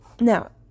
Now